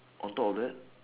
on top of that